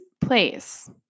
place